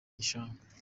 gishanga